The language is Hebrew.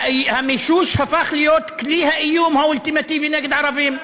המישוש הפך להיות כלי האיום האולטימטיבי נגד ערבים.